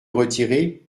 retirez